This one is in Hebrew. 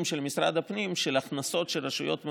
של משרד הפנים על הכנסות של רשויות מקומית,